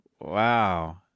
Wow